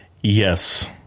yes